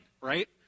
right